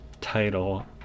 title